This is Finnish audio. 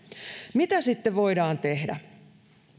mitä sitten voidaan tehdä